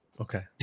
okay